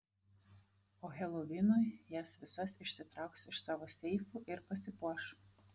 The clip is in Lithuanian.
o helovinui jas visas išsitrauks iš savo seifų ir pasipuoš